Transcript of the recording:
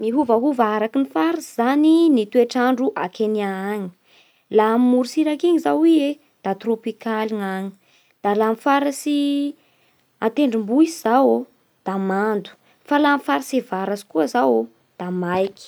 Miovaova araky ny faritsy zany ny toetr'andro a Kenya any: laha morotsiraky iny izao ie da trôpikaly ny agny, da laha amin'ny faritsy an-tendrombohitsy izaô da mando, fa laha amin'ny faritsy avaratsy koa izaô da maiky.